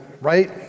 right